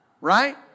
right